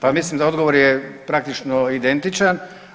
Pa mislim da odgovor je praktično identičan.